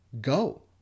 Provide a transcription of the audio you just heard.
Go